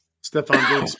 Stefan